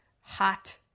hot